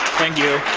thank you.